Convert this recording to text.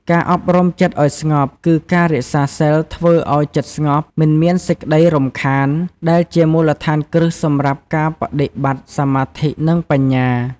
ការអប់រំចិត្តឱ្យស្ងប់ គឺការរក្សាសីលធ្វើឱ្យចិត្តស្ងប់ មិនមានសេចក្ដីរំខាន ដែលជាមូលដ្ឋានគ្រឹះសម្រាប់ការបដិបត្តិសមាធិ និងបញ្ញា។